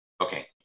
okay